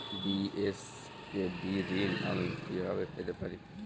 BSKB ঋণ আমি কিভাবে পেতে পারি?